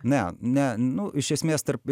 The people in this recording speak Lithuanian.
ne ne nu iš esmės tarp